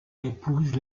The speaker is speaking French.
épouse